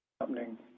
happening